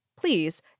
please